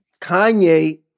Kanye